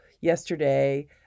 yesterday